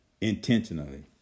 intentionally